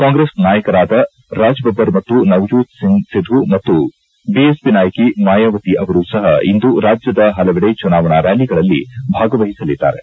ಕಾಂಗ್ರೆಸ್ ನಾಯಕರಾದ ರಾಜ್ಬಭ್ಗರ್ ಮತ್ತು ನವಜೋತ್ ಸಿಂಗ್ ಸಿಧು ಮತ್ತು ಬಿಎಸ್ಪಿ ನಾಯಕಿ ಮಾಯಾವತಿ ಅವರು ಸಹ ಇಂದು ರಾಜ್ಲದ ಹಲವೆಡೆ ಚುನಾವಣಾ ರ್ನಾಲಿಗಳಲ್ಲಿ ಭಾಗವಹಿಸಲಿದ್ದಾರೆ